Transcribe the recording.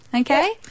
Okay